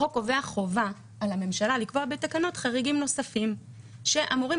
החוק קובע חובה על הממשלה לקבוע בתקנות חריגים נוספים שאמורים